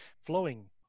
flowing